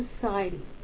society